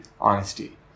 honesty